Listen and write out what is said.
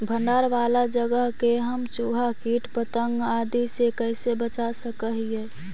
भंडार वाला जगह के हम चुहा, किट पतंग, आदि से कैसे बचा सक हिय?